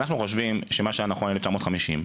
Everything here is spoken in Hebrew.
אנחנו חושבים שמה שהיה נכון ל-1950,